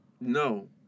No